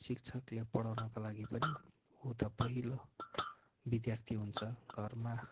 शिक्षकले पढाउनको लागि पनि ऊ त पहिलो विद्यार्थी हुन्छ घरमा